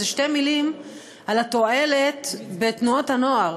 איזה שתי מילים על התועלת בתנועות הנוער